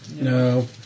No